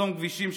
לחסום כבישים,